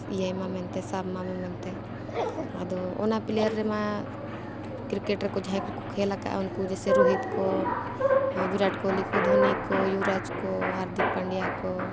ᱤᱭᱟᱹᱭ ᱢᱟ ᱢᱮᱱᱛᱮ ᱥᱟᱵ ᱢᱟ ᱢᱮᱱᱛᱮ ᱟᱫᱚ ᱚᱱᱟ ᱯᱞᱮᱭᱟᱨ ᱨᱮᱢᱟ ᱠᱨᱤᱠᱮᱴ ᱨᱮᱠᱚ ᱡᱟᱦᱟᱸᱭ ᱠᱚᱠᱚ ᱠᱷᱮᱞᱟᱠᱟᱜᱼᱟ ᱩᱱᱠᱩ ᱡᱮᱥᱮ ᱨᱳᱦᱤᱛ ᱠᱚ ᱵᱤᱨᱟᱴ ᱠᱳᱦᱞᱤ ᱠᱚ ᱫᱷᱚᱱᱤ ᱠᱚ ᱤᱭᱩᱨᱟᱡᱽ ᱠᱚ ᱦᱟᱨᱫᱤᱠ ᱯᱟᱺᱰᱤᱭᱟ ᱠᱚ